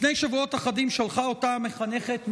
לפני שבועות אחדים שלחה אותה המחנכת,